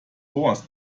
worse